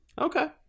Okay